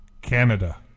Canada